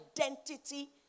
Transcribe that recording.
identity